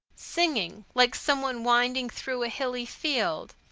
singing, like some one winding through a hilly field.